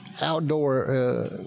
outdoor